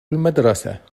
المدرسة